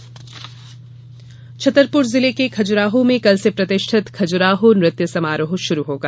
खजुराहो नृत्य समारोह छतरपुर जिले के खजुराहो में कल से प्रतिष्ठित खजुराहो नृत्य समारोह शुरू होगा